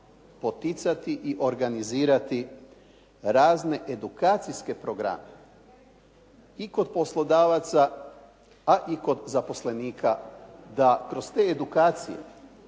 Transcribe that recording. poticati i organizirati razne edukacijske programe i kod poslodavaca a i kod zaposlenika da kroz te edukacije